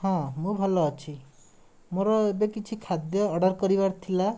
ହଁ ମୁଁ ଭଲ ଅଛି ମୋର ଏବେ କିଛି ଖାଦ୍ୟ ଅର୍ଡ଼ର୍ କରିବାର ଥିଲା